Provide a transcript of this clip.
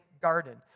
garden